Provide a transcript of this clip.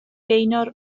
gaynor